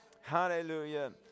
hallelujah